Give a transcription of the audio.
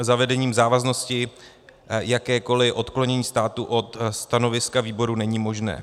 Zavedením závaznosti jakékoli odklonění státu od stanoviska výboru není možné.